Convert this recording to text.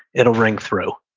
it'll ring through,